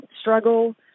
struggle—